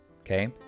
okay